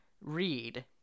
read